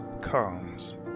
comes